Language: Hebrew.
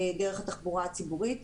דרך התחבורה הציבורית.